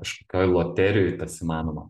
kažkokioj loterijoj tas įmanoma